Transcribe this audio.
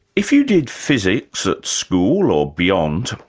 if you did physics at school, or beyond,